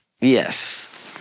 yes